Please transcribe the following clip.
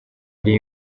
ari